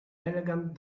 elegant